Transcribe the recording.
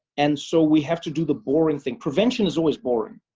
and so we have to do the boring thing. prevention is always boring.